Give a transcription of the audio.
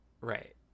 Right